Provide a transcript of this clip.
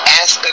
ask